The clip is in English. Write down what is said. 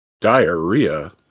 Diarrhea